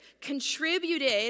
contributed